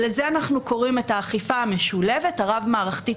לזה אנחנו קוראים האכיפה המשולבת הרב-מערכתית